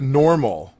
normal